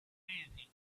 anything